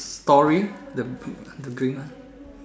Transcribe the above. story the the green one